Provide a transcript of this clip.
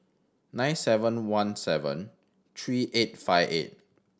nine seven one seven three eight five eight